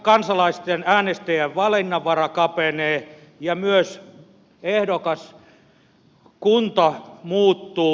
kansalaisten äänestäjien valinnanvara kapenee ja myös ehdokaskunta muuttuu